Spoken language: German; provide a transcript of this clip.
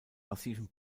massiven